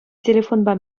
телефонпа